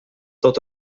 tot